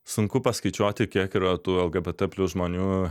sunku paskaičiuoti kiek yra tų lgbt plius žmonių